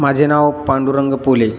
माझे नाव पांडुरंग पोले